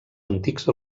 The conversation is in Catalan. antics